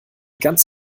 ganz